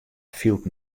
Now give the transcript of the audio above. fielt